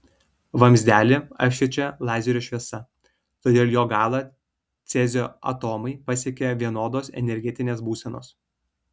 vamzdelį apšviečia lazerio šviesa todėl jo galą cezio atomai pasiekia vienodos energetinės būsenos